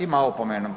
Ima opomenu.